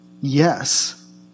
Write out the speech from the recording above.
yes